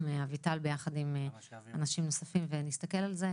עם אביטל וביחד עם אנשים נוספים ונסתכל על זה.